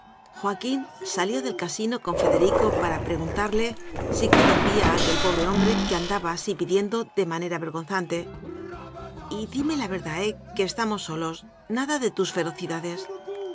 quín salió del casino con federico para pre guntarle si conocía a aquel pobre hombre que andaba así pidiendo de manera vergonzan te y dime la verdad eh que estamos solos nada de tus ferocidades